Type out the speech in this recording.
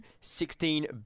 sixteen